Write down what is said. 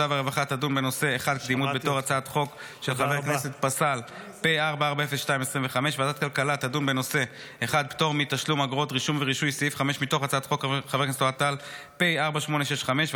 ועדת החוקה, חוק ומשפט תדון בנושא: 1. העדפה